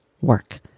work